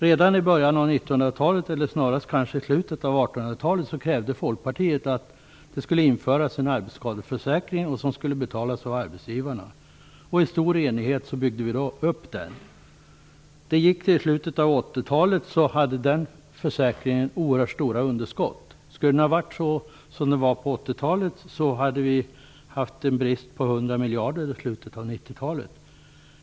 Redan i början av 1900-talet, eller snarare i slutet av 1800-talet, krävde Folkpartiet att det skulle införas en arbetsskadeförsäkring som skulle betalas av arbetsgivarna. I stor enighet byggde vi upp den. I slutet av 1980-talet hade den försäkringen oerhört stora underskott. Skulle det ha fortgått på samma sätt, hade vi i slutet av 90-talet haft en brist på 100 miljarder kronor.